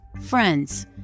friends